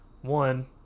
one